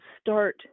start